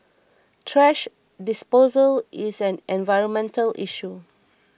thrash disposal is an environmental issue